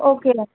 okay